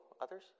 others